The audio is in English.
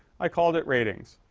i called it ratings.